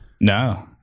no